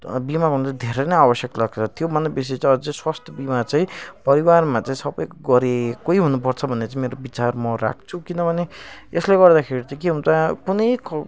बिमा गर्नु चाहिँ धेरै नै आवश्यक लाग्दथ्यो त्यो भन्दा बेसी चाहिँ अझै स्वास्थ्य बिमा चाहिँ परिवारमा चाहिँ सबैको गरेकै हुनुपर्छ भन्ने मेरो विचार म राख्छु किनभने यसले गर्दाखेरि चाहिँ के हुन्छ कुनै